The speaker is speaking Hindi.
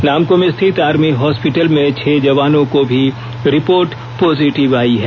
नामकुम स्थित आर्मी हॉस्पिटल में छह जवानों की भी रिपोर्ट पॉजिटिव आई है